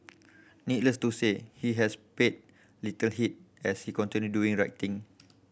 needless to say he has paid little heed as he continue doing right thing